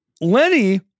Lenny